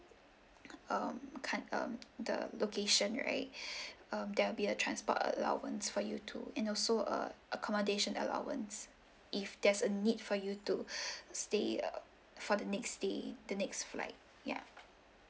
um count um the location right um there'll be a transport allowance for you too and also err accommodation allowance if there's a need for you to stay uh for the next day the next flight yup